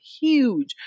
huge